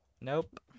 nope